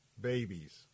babies